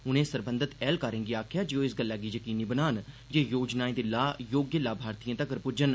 उनें सरबंधत ऐह्लकारें गी आखेआ जे ओह एह् गल्ल यकीनी बनान जे योजनाएं दे लाह् योग्य लामार्थिएं तक्कर पुज्जन